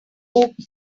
oak